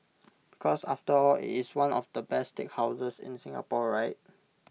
because after all IT is one of the best steakhouses in Singapore right